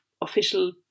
official